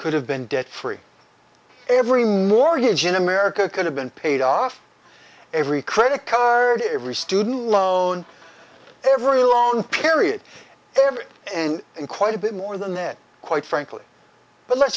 could have been debt free every mortgage in america could have been paid off every critic every student loan every loan period ever and quite a bit more than that quite frankly but let's